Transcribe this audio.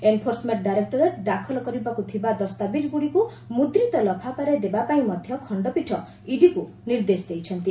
enforcement directorate ଦାଖଲ କରିବାକୁ ଥିବା ଦସ୍ତାବିଜ୍ଗୁଡ଼ିକୁ ମୁଦ୍ରିତ ଲଫାପାରେ ଦେବା ପାଇଁ ମଧ୍ୟ ଖଣ୍ଡପୀଠ ଇଡିକୁ ନିର୍ଦ୍ଦେଶ ଦେଇଛନ୍ତି